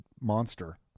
monster